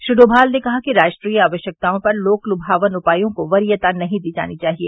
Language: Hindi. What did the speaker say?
श्री डोमाल ने कहा कि राष्ट्रीय आवश्यकताओं पर लोक लुभावन उपायों को वरीयता नहीं दी जानी चाहिए